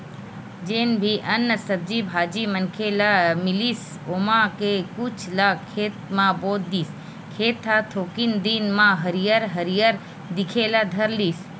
जेन भी अन्न, सब्जी भाजी मनखे ल मिलिस ओमा के कुछ ल खेत म बो दिस, खेत ह थोकिन दिन म हरियर हरियर दिखे ल धर लिस